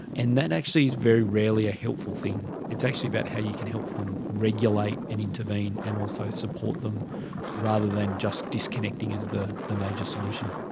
and that actually is very rarely a helpful thing, it's actually about how you can help them regulate and intervene and also support them rather than just disconnecting as the the major solution.